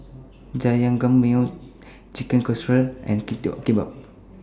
Jajangmyeon Chicken Casserole and Kimbap